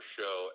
show